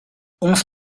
onze